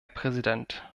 präsident